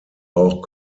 auch